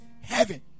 heaven